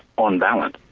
on balance,